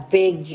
big